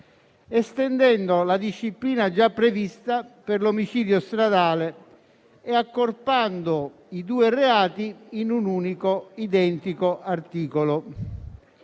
estendendo la disciplina già prevista per l'omicidio stradale e accorpando i due reati in un unico identico articolo.